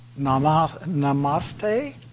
namaste